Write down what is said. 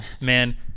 man